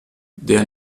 der